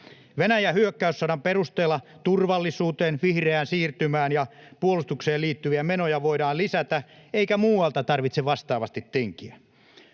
Venäjän hyökkäyssodan perusteella turvallisuuteen, vihreään siirtymään ja puolustukseen liittyviä menoja voidaan lisätä eikä muualta tarvitse vastaavasti tinkiä.